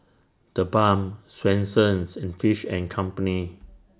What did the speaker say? TheBalm Swensens and Fish and Company